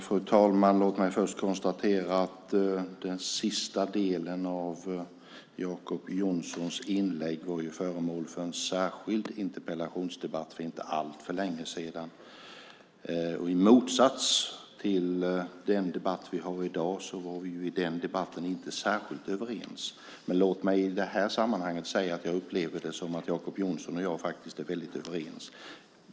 Fru talman! Låt mig först konstatera att den sista delen av Jacob Johnsons inlägg var föremål för en särskild interpellationsdebatt för inte alltför länge sedan. I motsats till den debatt vi har i dag var vi i den debatten inte särskilt överens. Låt mig i det här sammanhanget säga att jag upplever det som att Jacob Johnson och jag faktiskt är överens.